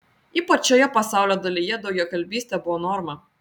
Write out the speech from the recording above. ypač šioje pasaulio dalyje daugiakalbystė buvo norma